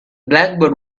blackbird